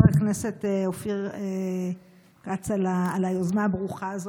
הכנסת אופיר כץ על היוזמה הברוכה הזאת.